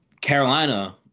Carolina